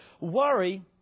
worry